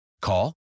Call